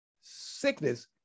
Sickness